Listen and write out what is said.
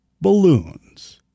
balloons